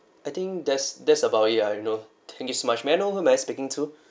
I think that's that's about it ya you know thank you so much may I know who am I speaking to